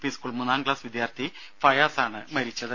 P school മൂന്നാം class വിദ്യാർത്ഥി ഫയാസാണ് മരിച്ചത്